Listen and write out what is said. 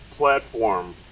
platform